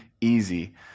easy